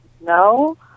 No